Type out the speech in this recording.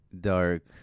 dark